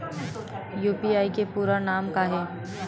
UPI के पूरा नाम का ये?